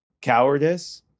Cowardice